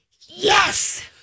Yes